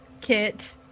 Kit